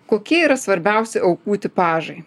kokie yra svarbiausi aukų tipažai